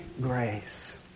grace